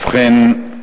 ובכן,